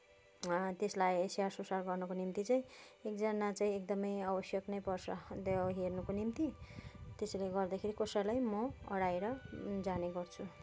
त्यसलाई स्याहार सुसार गर्नको निम्ति चाहिँ एकजना चाहिँ एकदमै आवश्यक नै पर्छ त्यो हेर्नको निम्ति त्यसैले गर्दाखेरि कसैलाई म अराएर जाने गर्छु